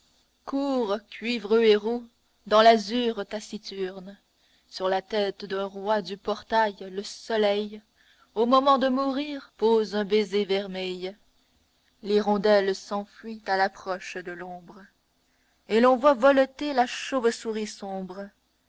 cuivreux et roux dans l'azur taciturne sur la tête d'un roi du portail le soleil au moment de mourir pose un baiser vermeil l'hirondelle s'enfuit à l'approche de l'ombre et l'on voit voleter la chauve-souris sombre